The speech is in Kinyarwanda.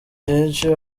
byinshi